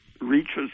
reaches